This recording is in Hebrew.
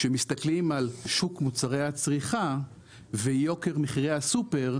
שמסתכלים על שוק מוצרי הצריכה ויוקר מחירי הסופר,